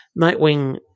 Nightwing